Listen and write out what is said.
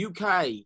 UK